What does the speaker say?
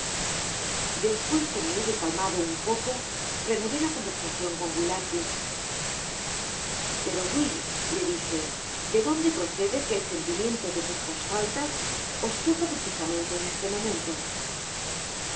despues que me hube calmado na poco penará la conversacion coa wil l atkins pero will le dije de donde procede que el sentimiento de vuestras faltas os toca precisamente en este momento